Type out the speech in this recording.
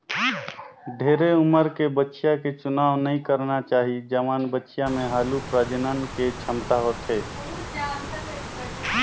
ढेरे उमर के बछिया के चुनाव नइ करना चाही, जवान बछिया में हालु प्रजनन के छमता होथे